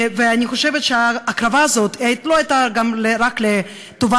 אני חושבת שההקרבה הזאת לא הייתה רק לטובת